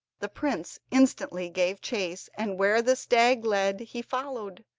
the prince instantly gave chase, and where the stag led he followed,